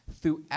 throughout